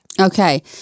okay